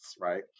right